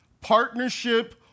partnership